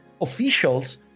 officials